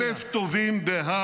לא,